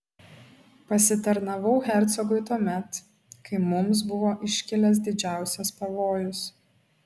pasitarnavau hercogui tuomet kai mums buvo iškilęs didžiausias pavojus